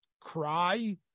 cry